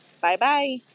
Bye-bye